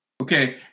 Okay